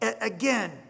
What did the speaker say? Again